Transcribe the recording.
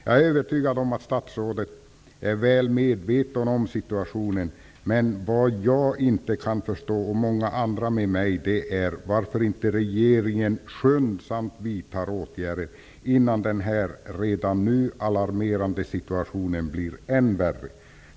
Jag är övertygad om att statsrådet är väl medveten om situationen, men vad jag -- och många med mig -- inte kan förstå är varför regeringen inte vidtar åtgärder innan den redan nu alarmerande situationen blir än värre.